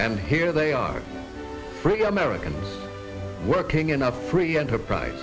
and here they are three americans working in a free enterprise